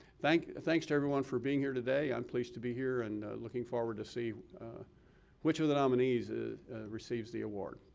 thanks thanks to everyone for being here today. i'm pleased to be here and looking forward to see which of the nominees ah receives the award.